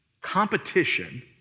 competition